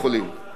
תודה רבה.